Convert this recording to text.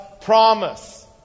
promise